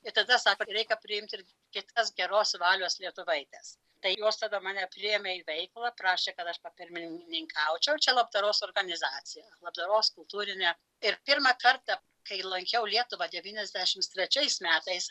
ir tada sako reikia priimti ir kitas geros valios lietuvaites tai jos tada priėmė mane į veiklą prašė kad aš papirmininkaučiau čia labdaros organizacija labdaros kultūrinė ir pirmą kartą kai lankiau lietuvą devyniasdešimt trečiais metais